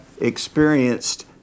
experienced